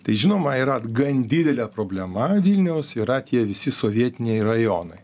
tai žinoma yra gan didelė problema vilniaus yra tie visi sovietiniai rajonai